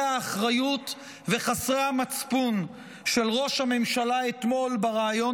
האחריות וחסרי המצפון של ראש הממשלה אתמול בריאיון